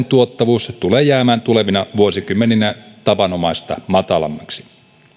tuottavuus tulee jäämään tulevina vuosikymmeninä tavanomaista matalammaksi